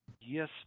Yes